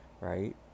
right